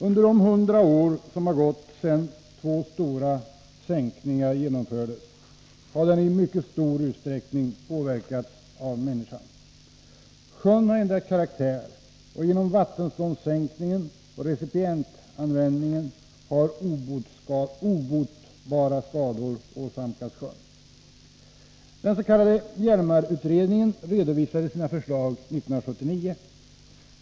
Under de hundra år som gått sedan två stora sänkningar genomfördes har den i mycket hög grad påverkats av människan. Sjön har ändrat karaktär, och genom vattenståndssänkningen och recipientanvändningen har obotliga skador åsamkats sjön. Den s.k. Hjälmarutredningen redovisade sina förslag 1979.